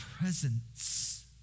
presence